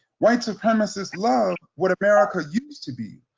white supremacists love what america used to be,